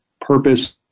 purpose